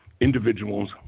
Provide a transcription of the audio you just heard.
individuals